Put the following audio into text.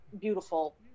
beautiful